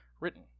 written